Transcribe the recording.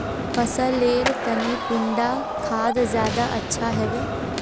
फसल लेर तने कुंडा खाद ज्यादा अच्छा हेवै?